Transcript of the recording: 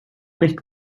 nicht